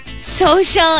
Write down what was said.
Social